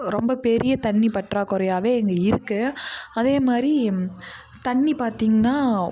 ரொம்ப பெரிய தண்ணி பற்றாக்குறையாகவே இங்கே இருக்கு அதேமாதிரி தண்ணி பார்த்திங்கனா